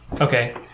Okay